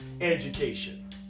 education